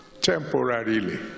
temporarily